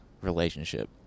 relationship